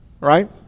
Right